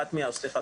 סליחה,